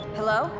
Hello